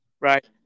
Right